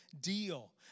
deal